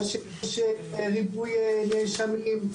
או שיש ריבוי נאשמים,